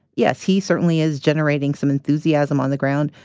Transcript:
yes, he certainly is generating some enthusiasm on the ground.